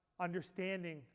understanding